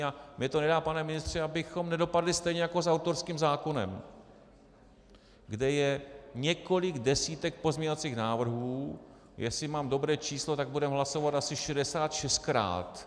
A mně to nedá, pane ministře, abychom nedopadli stejně jako s autorským zákonem, kde je několik desítek pozměňovacích návrhů, jestli mám dobré číslo, tak budeme hlasovat asi 66krát.